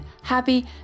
happy